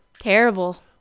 Terrible